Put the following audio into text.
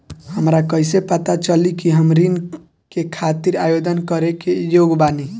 हमरा कइसे पता चली कि हम ऋण के खातिर आवेदन करे के योग्य बानी?